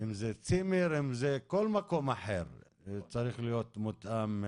אם זה צימר או כל מקום אחר, הוא צריך להיות מותאם.